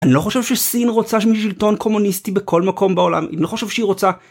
אני לא חושב שסין רוצה שמישהי שלטון קומוניסטי בכל מקום בעולם, אני לא חושב שהיא רוצה...